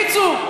בקיצור,